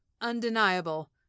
undeniable